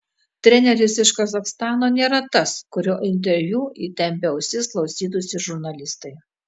treneris iš kazachstano nėra tas kurio interviu įtempę ausis klausytųsi žurnalistai